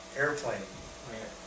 airplane